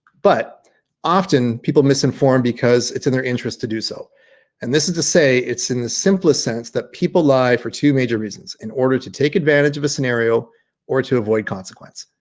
but often people misinformed because it's in their interest to do so and this is to say it's in the simplest sense that people lie for two major reasons in order to take advantage of a scenario or to avoid consequence.